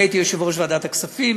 אני הייתי יושב-ראש ועדת הכספים,